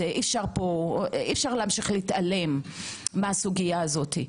אי אפשר להמשיך להתעלם מהסוגיה הזו.